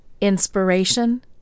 Inspiration